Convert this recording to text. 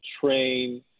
train